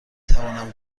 توانم